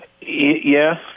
Yes